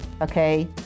okay